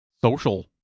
social